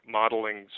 modeling